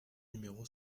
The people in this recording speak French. numéro